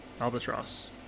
Albatross